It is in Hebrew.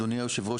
אדוני יושב הראש,